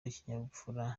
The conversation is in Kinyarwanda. n’ikinyabupfura